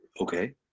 Okay